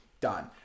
done